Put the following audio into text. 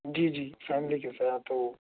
جی جی فیملی کے ساتھ ہو